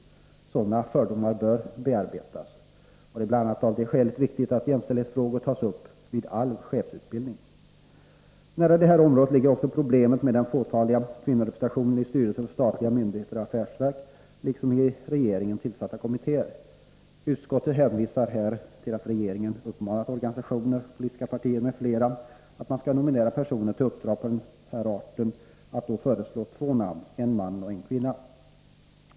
Sådana fördomar bör bearbetas. Det är bl.a. av det skälet viktigt att jämställdhetsfrågor tas upp vid all chefsutbildning. Nära detta område ligger också problemet med den fåtaliga kvinnorepresentationen i styrelserna för statliga myndigheter och affärsverk, liksom i av regeringen tillsatta kommittéer. Utskottet hänvisar här till att regeringen uppmanar organisationer, politiska partier m.fl. att vid nominering av personer till uppdrag av den här arten föreslå två namn — en man och en kvinna.